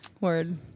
Word